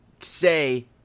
say